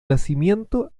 nacimiento